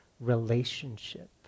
relationship